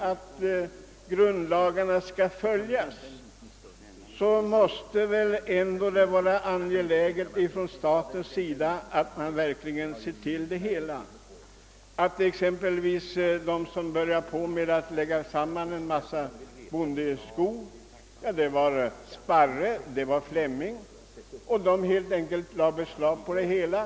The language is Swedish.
Om grundlagarna skall följas, måste det ändå vara angeläget för staten att ordna upp förhållandena på detta område. De som i Ångermanland började lägga samman stora områden av bondeskog var Sparre och Fleming, och detta tillgick på så sätt att de helt enkelt lade beslag på skogen i fråga.